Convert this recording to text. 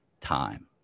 time